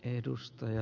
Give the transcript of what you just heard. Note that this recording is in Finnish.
edustaja